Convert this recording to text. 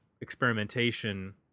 experimentation